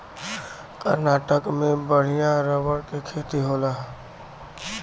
कर्नाटक में बढ़िया रबर क खेती होला